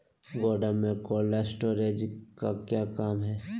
गोडम में cold storage का क्या काम है?